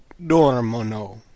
dormono